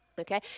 okay